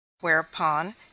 whereupon